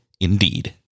Indeed